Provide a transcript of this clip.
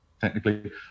technically